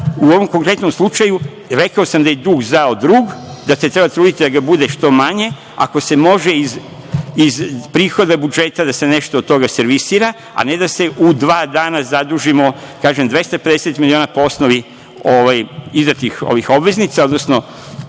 u ovom konkretnom slučaju rekao sam da je dug zao drug, da se treba truditi da ga bude što manje, ako se može iz prihoda budžeta, da se nešto od toga servisira, a ne da se u dva dana zadužimo 250 miliona po osnovi izdatih obveznica, odnosno